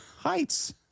Heights